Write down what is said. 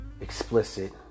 explicit